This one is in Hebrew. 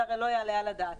זה הרי לא יעלה על הדעת.